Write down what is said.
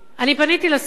אני פניתי לשר,